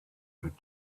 that